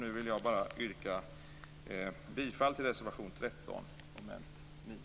Nu vill jag bara yrka bifall till reservation 13 under mom. 9.